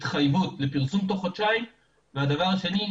התחייבות לפרסום תוך חודשיים והדבר השני,